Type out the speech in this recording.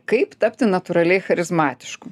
kaip tapti natūraliai charizmatišku